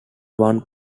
one